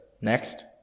Next